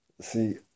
See